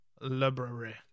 library